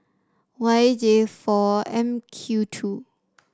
Y J four M Q two